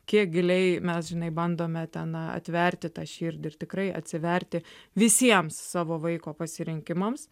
kiek giliai mes žinai bandome ten atverti tą širdį ir tikrai atsiverti visiems savo vaiko pasirinkimams